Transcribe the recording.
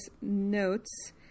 notes